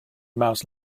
mouse